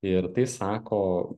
ir tai sako